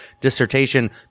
dissertation